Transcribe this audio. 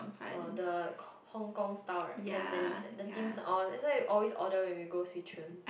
uh the hong-kong style right Cantonese the dim sum orh that's why you always order when we go swee choon